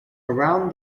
around